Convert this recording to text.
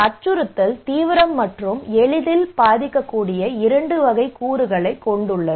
அச்சுறுத்தல் தீவிரம் மற்றும் எளிதில் பாதிக்கக்கூடிய இரண்டு கூறுகளைக் கொண்டுள்ளது